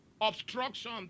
Obstruction